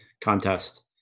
contest